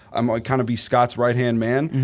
um like kinda be scott's right hand man.